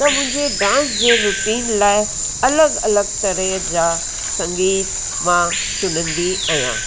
त मुंहिंजे डांस जे रुटीन लाइ अलॻि अलॻि तरह जा संगीत मां चुनंदी आहियां